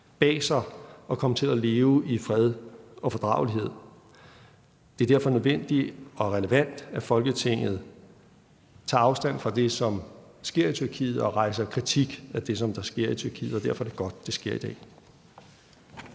bag sig og komme til at leve i fred og fordragelighed. Det er derfor nødvendigt og relevant, at Folketinget tager afstand fra det, som sker i Tyrkiet, og rejser kritik af det, der sker i Tyrkiet, og derfor er det godt, at det sker i dag.